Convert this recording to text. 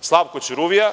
Slavko Ćuruvija